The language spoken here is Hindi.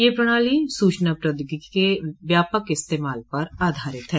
यह प्रणाली सूचना प्रौद्योगिकी के व्यापक इस्तेमाल पर आधारित है